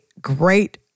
great